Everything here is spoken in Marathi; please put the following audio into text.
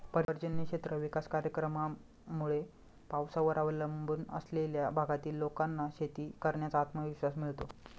पर्जन्य क्षेत्र विकास कार्यक्रमामुळे पावसावर अवलंबून असलेल्या भागातील लोकांना शेती करण्याचा आत्मविश्वास मिळतो